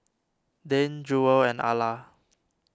Dane Jewel and Alla